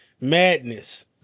madness